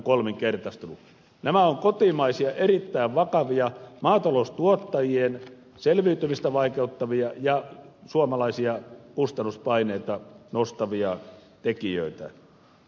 nämä ovat kotimaisia erittäin vakavia maataloustuottajien selviytymistä vaikeuttavia ja suomalaisia kustannuspaineita nostavia tekijöitä